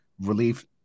relief